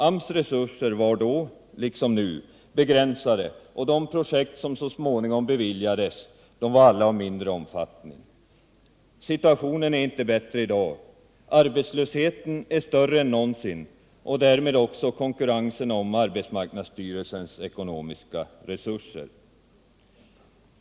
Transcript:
AMS resurser var då, liksom nu, begränsade, och de projekt som så småningom beviljades var alla av mindre omfattning. Situationen är inte bättre i dag. Arbetslösheten är värre än någonsin och därmed är också konkurrensen större om arbetsmarknadsstyrelsens ekonomiska resurser.